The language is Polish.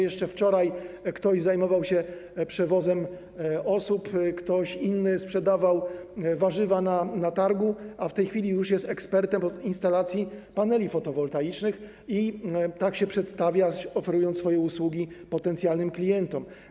Jeszcze wczoraj ktoś zajmował się przewozem osób, ktoś inny sprzedawał warzywa na targu, a w tej chwili już jest ekspertem od instalacji paneli fotowoltaicznych i tak się przedstawia, oferując swoje usługi potencjalnym klientom.